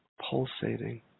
pulsating